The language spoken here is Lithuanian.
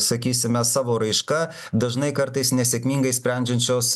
sakysime savo raiška dažnai kartais nesėkmingai sprendžiančios